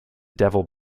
devil